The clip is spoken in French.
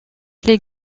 les